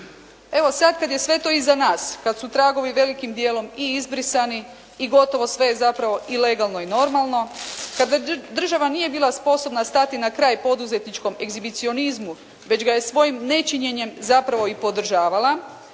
Evo, sad kad je sve to iza nas, kad su tragovi velikim dijelom i izbrisani i gotovo sve je zapravo i legalno i normalno, kad već država nije bila sposobna stati na kraj poduzetničkom egzibicionizmu već ga je svojim nečinjenjem zapravo i podržavala,